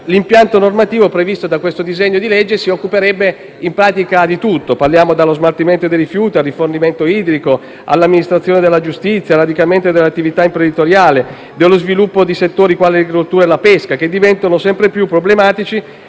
l'impianto normativo previsto dal disegno di legge in esame si occuperebbe in pratica di tutto, dallo smaltimento dei rifiuti al rifornimento idrico, all'amministrazione della giustizia, al radicamento dell'attività imprenditoriale e dello sviluppo di settori quali l'agricoltura e la pesca, che diventano sempre più problematici